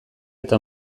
eta